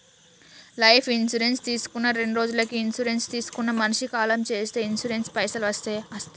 Life insurance తీసుకున్న రెండ్రోజులకి insurance తీసుకున్న మనిషి కాలం చేస్తే ఇన్సూరెన్స్ పైసల్ వస్తయా?